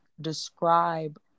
describe